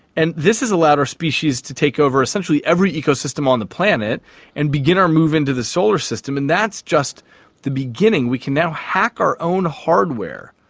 and this has allowed our species to take over essentially every ecosystem on the planet and begin our move into the solar system, and that's just the beginning. we can now have our own hardware,